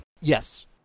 Yes